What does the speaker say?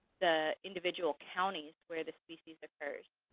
the individual counties where the species occurs.